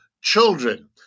children